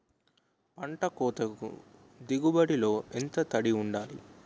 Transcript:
పంట కోతకు దిగుబడి లో ఎంత తడి వుండాలి?